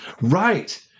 Right